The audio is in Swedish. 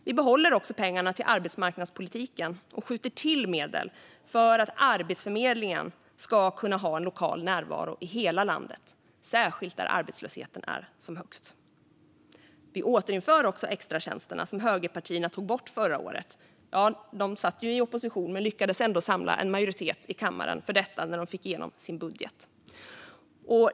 Vi behåller också pengarna till arbetsmarknadspolitiken och skjuter till medel för att Arbetsförmedlingen ska kunna ha en lokal närvaro i hela landet, särskilt där arbetslösheten är som högst. Vi återinför även extratjänsterna, som högerpartierna tog bort förra året. Ja, de satt ju i opposition men lyckades ändå samla en majoritet i kammaren för detta när de fick igenom som budget.